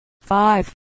five